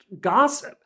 gossip